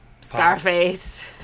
Scarface